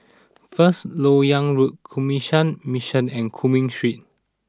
First Lok Yang Road Canossian Mission and Cumming Street